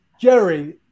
Jerry